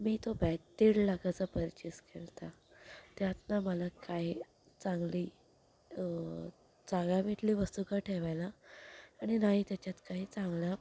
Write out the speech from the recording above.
मी तो बॅग दीड लाखाचा परचेस केला होता त्यात ना मला काही चांगली जागा भेटली वस्तू ठेवायला आणि नाही त्याच्यात काही चांगलं